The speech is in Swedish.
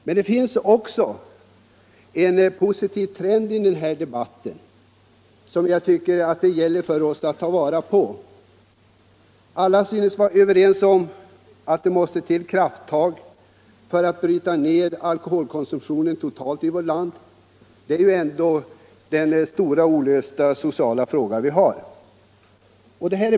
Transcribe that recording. Men det finns också en positiv trend i denna debatt, som jag tycker det gäller att ta vara på: alla synes vara överens om att det måste till krafttag för att bryta ned alkoholkonsumtionen totalt i vårt land. Det är ju vår stora olösta sociala fråga.